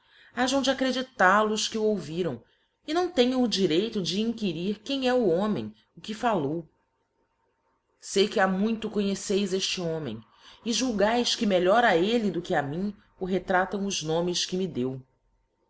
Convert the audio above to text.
hajam de acredital o os que o ouviram e não tenham o direito de inquirir quem é o homem que fallou sei que ha muito conheceis efte homem e julgaes que melhor a elle do que a mim o retratam os nomes que me deu